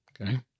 Okay